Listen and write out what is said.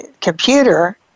computer